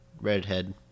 redhead